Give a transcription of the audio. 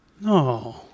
No